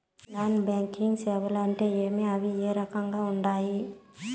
non banking సేవలు అంటే ఏమి అవి ఏ రకంగా ఉండాయి